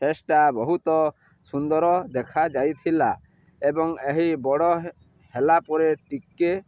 ଫେସ୍ଟା ବହୁତ ସୁନ୍ଦର ଦେଖାଯାଇଥିଲା ଏବଂ ଏହି ବଡ଼ ହେଲା ପରେ ଟିକେ